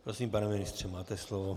Prosím, pane ministře, máte slovo.